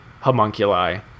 homunculi